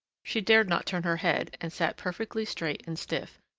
she dared not turn her head, and sat perfectly straight and stiff,